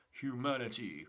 humanity